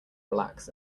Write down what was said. relax